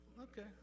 Okay